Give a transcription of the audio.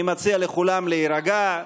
אני מציע לכולם להירגע.